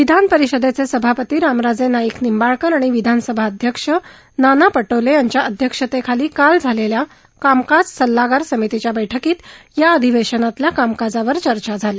विधान परिषदेचे सभापती रामराजे नाईक निंबाळकर आणि विधानसभा अध्यक्ष नाना पटोले यांच्या अध्यक्षतेखाली झालेल्या काल कामकाज सल्लागार समितीच्या बैठकीत या अधिवेशनातल्या कामकाजावर चर्चा झाली